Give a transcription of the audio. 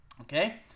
Okay